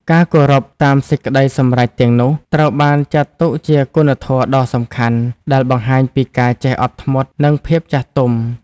ការគោរពតាមសេចក្តីសម្រេចទាំងនោះ ត្រូវបានចាត់ទុកជាគុណធម៌ដ៏សំខាន់ ដែលបង្ហាញពីការចេះអត់ធ្មត់ និងភាពចាស់ទុំ។